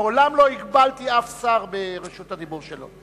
מעולם לא הגבלתי אף שר ברשות הדיבור שלו.